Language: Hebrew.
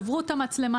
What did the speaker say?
שברו את המצלמה,